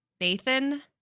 Nathan